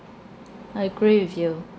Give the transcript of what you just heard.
I agree with you